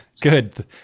good